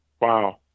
wow